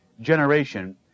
generation